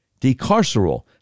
Decarceral